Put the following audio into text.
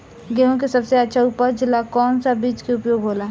गेहूँ के सबसे अच्छा उपज ला कौन सा बिज के उपयोग होला?